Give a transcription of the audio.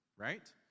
right